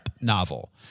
novel